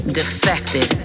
defected